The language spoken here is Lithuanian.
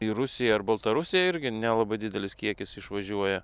į rusiją ar baltarusiją irgi nelabai didelis kiekis išvažiuoja